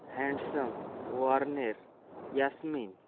hanson warner yasmin